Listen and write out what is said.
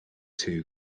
two